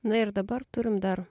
na ir dabar turim dar